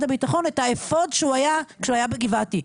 הביטחון את האפוד שהוא היה כשהוא היה בגבעתי.